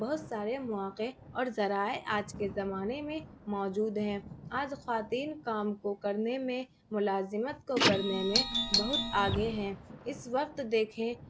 بہت سارے مواقع اور ذرائع آج کے زمانے میں موجود ہیں آج خواتین کام کو کرنے میں ملازمت کو کرنے میں بہت آگے ہیں اس وقت دیکھیں